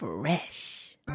fresh